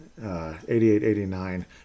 88-89